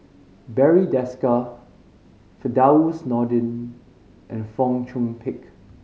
Barry Desker Firdaus Nordin and Fong Chong Pik